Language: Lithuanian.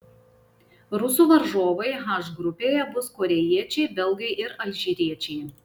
rusų varžovai h grupėje bus korėjiečiai belgai ir alžyriečiai